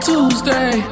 Tuesday